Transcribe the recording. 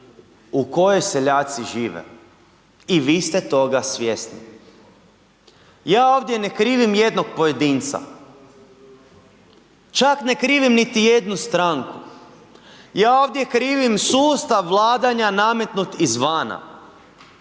u kojoj seljaci žive. I vi ste toga svjesni. Ja ovdje ne krivim jednog pojedinca čak ne krivim niti jednu stranku, ja ovdje krivim sustav vladanja nametnut izvana.